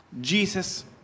Jesus